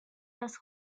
los